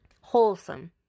wholesome